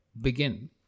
begin